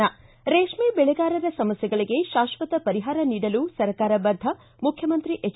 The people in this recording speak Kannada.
ಿ ರೇಷ್ಮೆ ಬೆಳೆಗಾರರ ಸಮಸ್ಥೆಗಳಿಗೆ ಶಾಶ್ವತ ಪರಿಹಾರ ನೀಡಲು ಸರ್ಕಾರ ಬದ್ದ ಮುಖ್ಯಮಂತ್ರಿ ಎಚ್